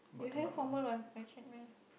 you have formal white white shirt meh